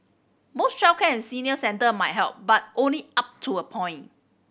more childcare senior centre might help but only up to a point